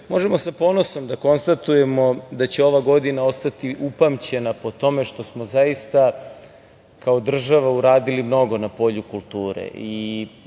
sa ponosom da konstatujemo da će ova godina ostati upamćena po tome što smo zaista kao država uradili mnogo na polju kulture